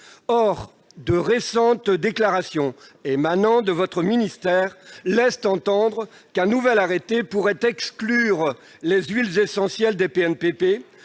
Or de récentes déclarations émanant de votre ministère laissent entendre qu'un nouvel arrêté pourrait exclure les huiles essentielles des PNPP